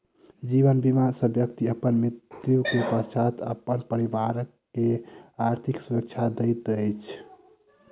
जीवन बीमा सॅ व्यक्ति अपन मृत्यु के पश्चात अपन परिवार के आर्थिक सुरक्षा दैत अछि